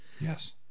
Yes